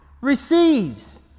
receives